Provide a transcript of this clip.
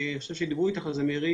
אני חושב שדיברו איתך על זה, מירי